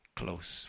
close